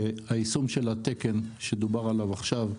היישום של התקן שדובר עליו עכשיו,